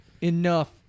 enough